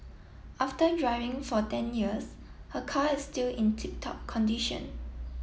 after driving for ten years her car is still in tip top condition